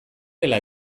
dela